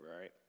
right